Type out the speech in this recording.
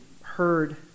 heard